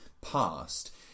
past